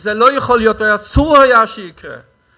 וזה לא יכול להיות ואסור היה שזה יקרה.